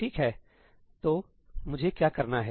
ठीक है तो मुझे क्या करना है